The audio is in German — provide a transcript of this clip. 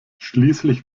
schließlich